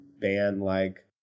band-like